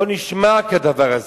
לא נשמע כדבר הזה.